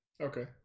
Okay